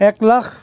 এক লাখ